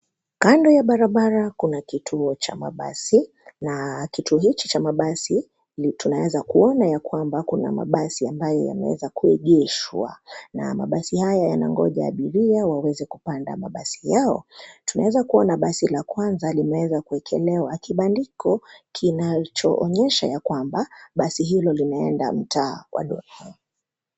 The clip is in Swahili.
Kando ya barabara kuna kituo cha mabasi na kituo hicho cha mabasi, tunaweza kuona ya kwamba kuna mabasi ambayo yameweza kuigeshwa na mabasi haya yanangoja abiria waweze kupanda mabasi yao. Tunaweza kuona basi la kwanza limeweza kuwekelewa kibandiko kinalichoonyesha ya kwamba basi hilo linaenda mtaa wa Dondoo.